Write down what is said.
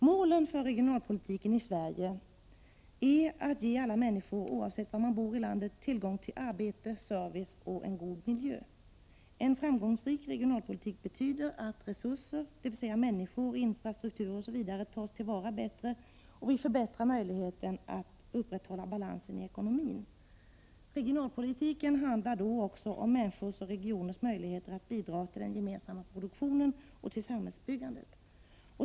Målen för regionalpolitiken i Sverige är att ge alla människor, oavsett var de bor i landet, tillgång till arbete, service och en god miljö. En framgångsrik regionalpolitik betyder att resurser, dvs. människor, infrastrukturer osv., tas till vara bättre och möjligheterna att upprätthålla balansen i ekonomin förbättras. Regionalpolitiken handlar då också om människors och regioners möjligheter att bidra till den gemensamma produktionen och till samhällsbyggandet.